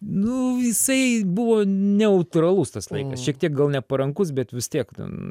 nu jisai buvo neutralus tas laikas šiek tiek gal neparankus bet vis tiek ten